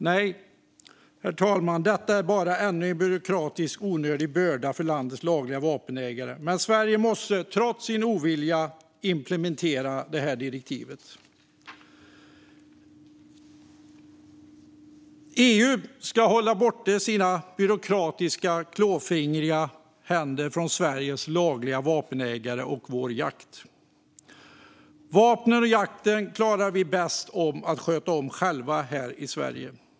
Nej, herr talman, detta är bara ännu en byråkratisk och onödig börda för landets lagliga vapenägare. Men Sverige måste trots sin ovilja implementera direktivet. EU ska hålla sina byråkratiska och klåfingriga händer borta från Sveriges lagliga vapenägare och vår jakt. Vapnen och jakten klarar vi bäst att sköta själva här i Sverige.